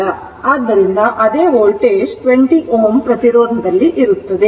ಆದ್ದರಿಂದ ಅದೇ ವೋಲ್ಟೇಜ್ 20 Ω ಪ್ರತಿರೋಧದಲ್ಲಿ ಇರುತ್ತದೆ